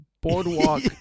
boardwalk